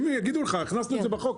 הם יגידו לך, הכנסנו את זה בחוק.